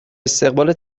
استقبال